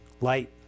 Light